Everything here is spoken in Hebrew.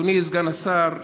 אדוני סגן השר,